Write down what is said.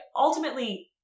ultimately